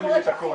הכל.